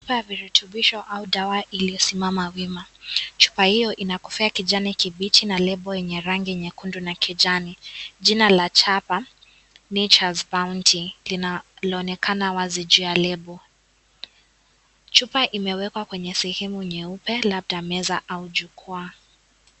Chupa ya virutubisho au dawa iliyosimama wima. Chupa hiyo ina kofia ya kijani kibichi na lebo yenye rangi nyekundu na kijani jina ya chapa Nature's Bounty lina laonekana wazi juu ya lebo . Chupa imewekwa kwenye sehemu nyeupe labda meza au jukwaa.